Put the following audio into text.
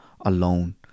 alone